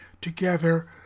together